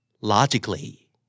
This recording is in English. Logically